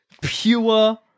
pure